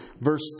verse